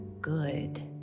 good